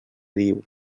diu